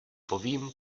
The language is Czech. povím